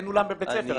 אין אולם בבית ספר,